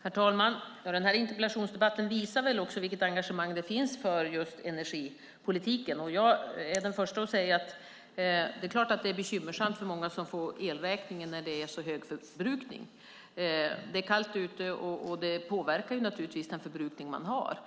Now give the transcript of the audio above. Herr talman! Denna interpellationsdebatt visar vilket engagemang det finns för energipolitiken. Jag är den första att säga att det är klart att det är bekymmersamt för många som får elräkningen när det är så hög förbrukning. Det är kallt ute, och det påverkar naturligtvis den förbrukning man har.